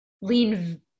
lean